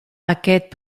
aquest